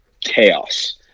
Chaos